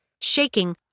Shaking